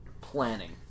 Planning